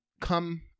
come